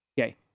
Okay